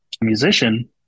musician